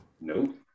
Nope